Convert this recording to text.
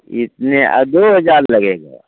इतने दो हजार लगेगा